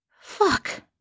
Fuck